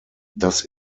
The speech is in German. das